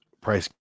price